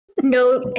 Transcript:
No